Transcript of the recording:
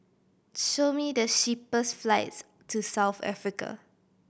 show me the flights to South Africa